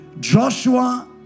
Joshua